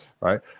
right